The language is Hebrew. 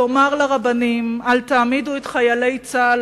לומר לרבנים: אל תעמידו את חיילי צה"ל